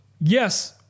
yes